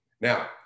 Now